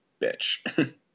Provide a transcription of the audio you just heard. bitch